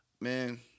man